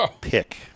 pick